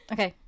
Okay